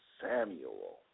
Samuel